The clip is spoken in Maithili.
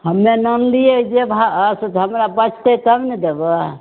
हमे आनलियै जे भाव से तऽ हमरा बचतै तब ने देबौ